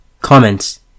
Comments